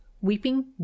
weeping